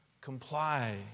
Comply